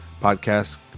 podcast